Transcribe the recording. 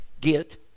get